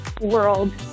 world